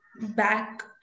back